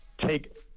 take